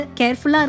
careful